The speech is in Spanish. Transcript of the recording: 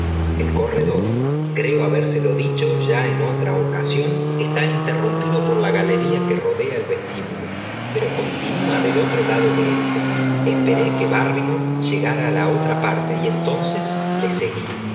el corredor creo habérselo dicho ya en otra ocasión está interrumpido por la galería que rodea d vestíbulo pero continúa del otro lado de éste esperó que barrymore llegara á la otra parte y entraba le seguí